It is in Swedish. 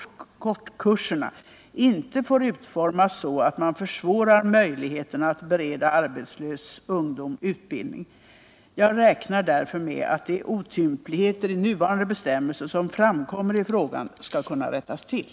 kortkurserna inte får utformas så, att man försvårar möjligheterna att bereda arbetslös ungdom utbildning. Jag räknar därför med att de otympligheter i nuvarande bestämmelser som framkommer i frågan skall kunna rättas till.